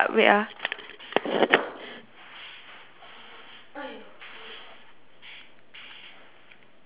!aiyo!